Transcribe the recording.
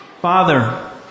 Father